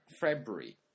February